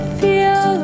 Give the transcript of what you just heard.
feel